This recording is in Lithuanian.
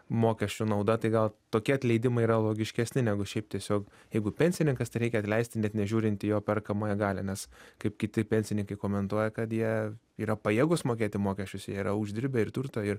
mokesčių nauda tai gal tokie atleidimai yra logiškesni negu šiaip tiesiog jeigu pensininkas tą reikia atleisti net nežiūrint į jo perkamąją galią nes kaip kiti pensininkai komentuoja kad jie yra pajėgūs mokėti mokesčius jie yra uždirbę ir turto ir